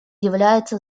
является